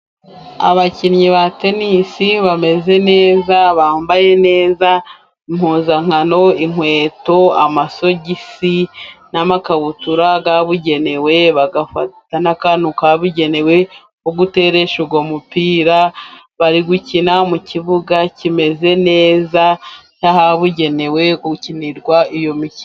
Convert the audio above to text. Abakinnyi ba tennis bameze neza bambaye neza impuzankano, inkweto amasogisi n'amakabutura yabugenewe, bagafata n'akantu kabugenewe ko guteresha uwo mupira, bari gukina mu kibuga kimeze neza n'ahabugenewe gukinirwa iyo mikino.